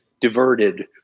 diverted